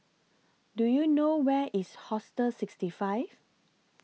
Do YOU know Where IS Hostel sixty five